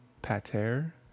Pater